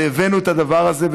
הבאנו את הדבר הזה,